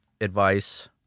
advice